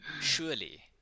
surely